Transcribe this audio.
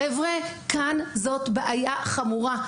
חבר'ה, כאן זאת בעיה חמורה.